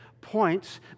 points